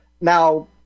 Now